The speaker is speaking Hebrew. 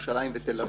ירושלים ותל אביב.